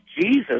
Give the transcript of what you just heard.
Jesus